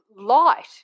Light